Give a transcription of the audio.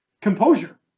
Composure